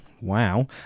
Wow